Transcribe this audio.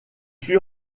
fut